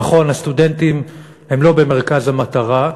נכון, הסטודנטים הם לא במרכז המטרה,